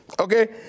Okay